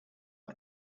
had